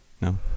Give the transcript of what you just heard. no